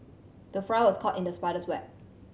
the fly was caught in the spider's web